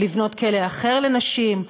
לבנות כלא אחר לנשים,